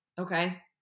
Okay